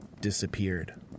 disappeared